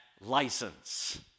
license